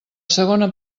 segona